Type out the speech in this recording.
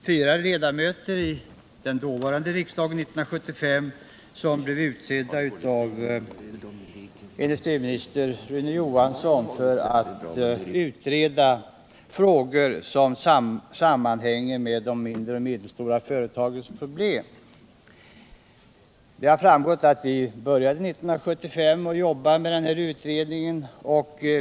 Fyra ledamöter av den dåvarande riksdagen 1975 utsågs av industriministern Rune Johansson att utreda frågor som sammanhänger med de mindre och medelstora företagens problem. Det har redan framgått av debatten att vi började jobba med utredningen år 1975.